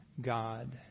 God